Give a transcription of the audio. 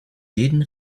jeden